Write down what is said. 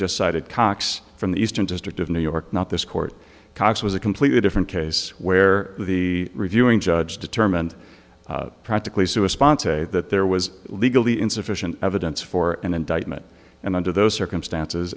decided cocks from the eastern district of new york not this court cox was a completely different case where the reviewing judge determined practically soo a sponsor that there was legally insufficient evidence for an indictment and under those circumstances